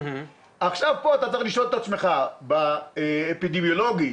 יש חקירה אפידמיולוגית